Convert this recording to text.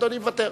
אדוני מוותר.